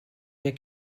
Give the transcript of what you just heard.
der